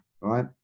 right